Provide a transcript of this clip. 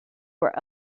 were